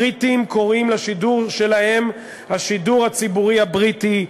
בריטים קוראים לשידור שלהם "השידור הציבורי הבריטי",